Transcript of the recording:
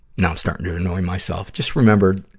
now i'm starting to annoy myself. just remember,